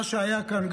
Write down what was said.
מה שהיה כאן,